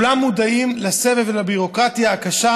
כולם מודעים לסבל ולביורוקרטיה הקשה